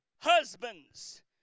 husbands